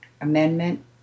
amendment